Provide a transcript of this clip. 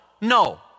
no